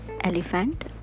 Elephant